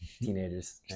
Teenagers